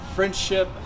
Friendship